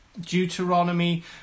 Deuteronomy